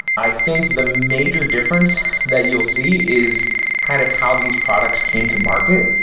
i think the major difference that you'll see is kind of how these products came to market.